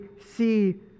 see